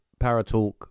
Paratalk